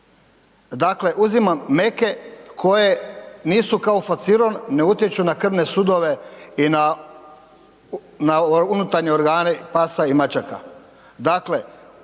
Dakle uzimam meke koji nisu kao faciron, ne utječu na krvne sudove i na unutarnje organe pasa i mačaka.